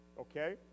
okay